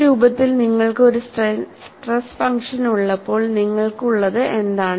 ഈ രൂപത്തിൽ നിങ്ങൾക്ക് ഒരു സ്ട്രെസ് ഫംഗ്ഷൻ ഉള്ളപ്പോൾ നിങ്ങൾക്കുള്ളത് എന്താണ്